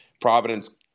Providence